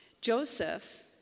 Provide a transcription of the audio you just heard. Joseph